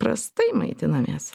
prastai maitinamės